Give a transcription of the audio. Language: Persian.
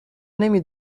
نمی